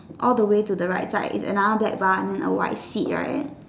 all the way to the right side is another black bar and a white seat right